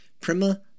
Prima